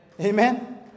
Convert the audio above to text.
amen